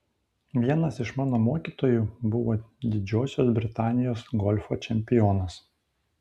vienas iš mano mokytojų buvo didžiosios britanijos golfo čempionas